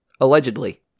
Allegedly